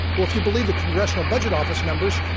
well, if you believe the congressional budget office numbers,